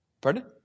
pardon